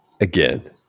Again